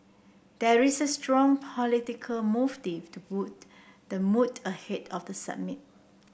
there is a strong political motive to boost the mood ahead of the summit